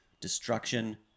destruction